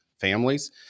families